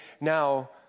now